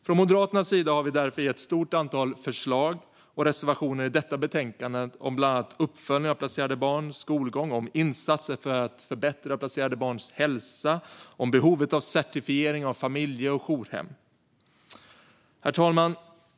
Från Moderaternas sida har vi därför ett stort antal förslag och reservationer i detta betänkande om bland annat uppföljning av placerade barns skolgång, om insatser för att förbättra placerade barns hälsa och om behovet av certifiering av familje och jourhem. Herr talman!